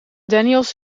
daniels